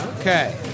Okay